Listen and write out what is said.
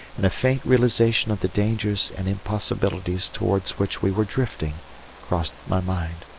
and a faint realization of the dangers and impossibilities towards which we were drifting crossed my mind.